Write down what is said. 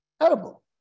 Edible